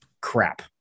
Crap